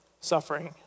suffering